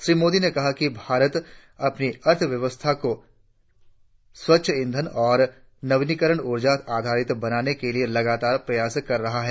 श्री मोदी ने कहा कि भारत अपनी अर्थव्यवस्था को स्वच्छ ईंधन और नवीकरणीय ऊर्जा आधारित बनाने का लगातार प्रयास कर रहा है